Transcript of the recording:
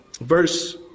verse